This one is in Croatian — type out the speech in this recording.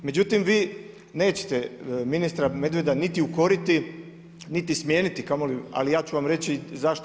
Međutim, vi nećete ministra Medveda niti ukoriti, niti smijeniti, a kamoli ali ja ću vam reći zašto.